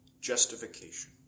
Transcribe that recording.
justification